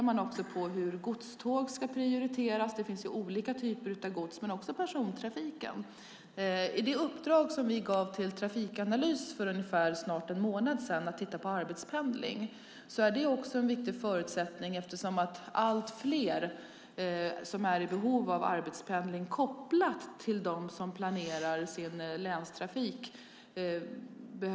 Man ser på hur godståg ska prioriteras - det finns olika typer av gods - och också persontrafiken. I det uppdrag vi gav till Trafikanalys för snart en månad sedan att titta på arbetspendling är detta också en viktig förutsättning. Allt fler behöver ha de här styva tidtabellerna, både de som arbetspendlar och de som planerar länstrafik.